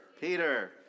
Peter